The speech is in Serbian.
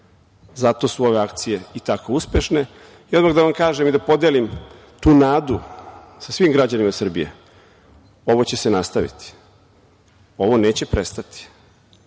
zato su ove akcije toliko uspešne. Odmah da kažem i da podelim tu nadu sa svim građanima Srbije. Ovo će se nastaviti, ovo neće prestati.